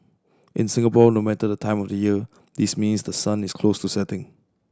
in Singapore no matter the time of the year this means the sun is close to setting